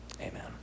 Amen